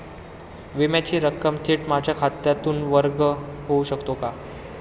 विम्याची रक्कम थेट माझ्या खात्यातून वर्ग होऊ शकते का?